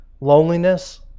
Loneliness